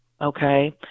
okay